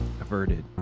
averted